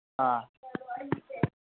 ꯑꯥ